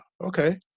Okay